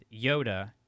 Yoda